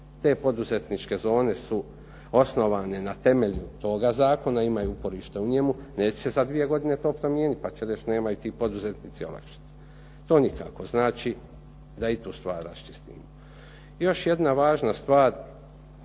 Te poduzetničke zone su osnovane na temelju toga zakona i imaju uporište u njemu, neće se za 2 godine to promijeniti, pa će reći nemaju ti poduzetnici olakšice, to nikako. Znači, da i tu stvar raščistimo.